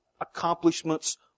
accomplishments